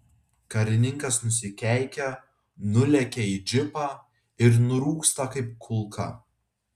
karininkas nusikeikia nulekia į džipą ir nurūksta kaip kulka